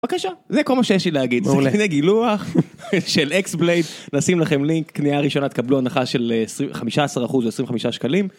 בבקשה. זה כל מה שיש לי להגיד להגיד, סכיני גילוח של אקסבלייד, נשים לכם לינק קנייה ראשונה תקבלו הנחה של 15%, 25 שקלים.